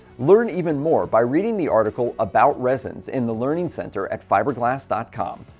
learn even more by reading the article about resins in the learning center at fibre glast dot com.